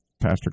pastor